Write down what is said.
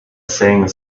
saying